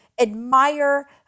admire